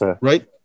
Right